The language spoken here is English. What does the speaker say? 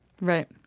Right